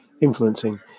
influencing